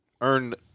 earned